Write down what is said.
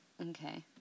Okay